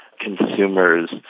consumers –